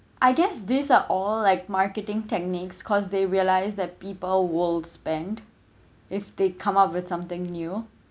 I guess these are all like marketing techniques cause they realise that people will spend if they come up with something new